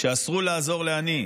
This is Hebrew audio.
כשאסרו לעזור לעני,